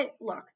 look